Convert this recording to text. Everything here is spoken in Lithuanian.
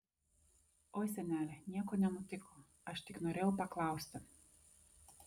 oi senele nieko nenutiko aš tik norėjau paklausti